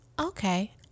Okay